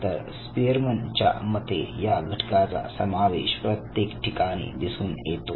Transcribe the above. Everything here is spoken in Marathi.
तर स्पीअरमन च्या मते या घटकाचा समावेश प्रत्येक ठिकाणी दिसून येतो